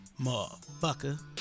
motherfucker